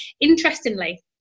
Interestingly